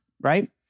right